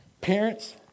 Parents